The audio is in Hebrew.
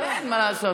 אין מה לעשות.